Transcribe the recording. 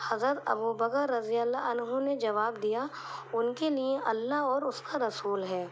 حضرت ابوبکر رضی اللہ عنہ نے جواب دیا ان کے لیے اللہ اور اس کا رسول ہے